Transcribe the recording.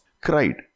cried